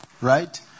right